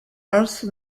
also